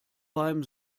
beim